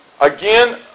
Again